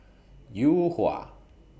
Yuhua